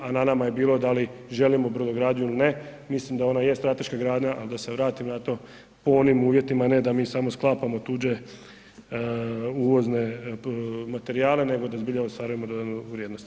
A na nama je bilo da li želimo brodogradnju ili ne, mislim da ona je strateška grana, ali da se vratim na to po onim uvjetima ne da mi samo sklapamo tuđe uvozne materijale nego da zbilja ostvarujemo dodanu vrijednost.